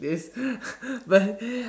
but